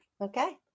Okay